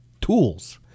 Tools